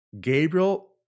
Gabriel